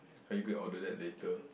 are you going to order that later